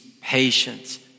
patience